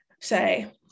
say